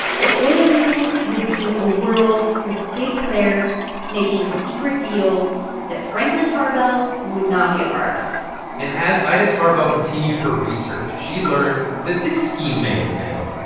the oil business would be a world with big players making secret deals that franklin tarbell would not be a part of and as ida tarbell continued her research, she learned that this scheme may have failed,